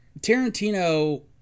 Tarantino